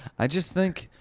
i just think,